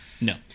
No